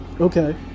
Okay